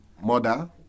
mother